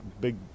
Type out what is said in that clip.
big